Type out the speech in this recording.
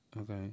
Okay